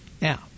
Now